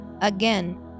again